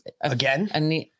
Again